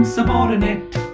Subordinate